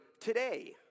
today